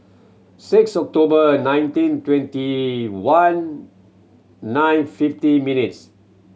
six October nineteen twenty one nine fift minutes